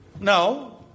No